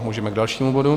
Můžeme k dalšímu bodu.